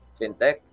fintech